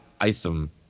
Isom